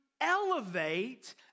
elevate